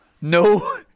No